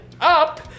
up